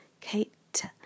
Kate